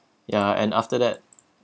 ya and after that